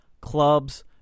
clubs